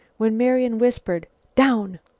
when marian whispered down!